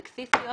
סקסיסטיות,